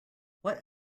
what